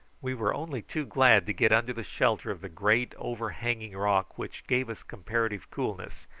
we were only too glad to get under the shelter of the great overhanging rock, which gave us comparative coolness,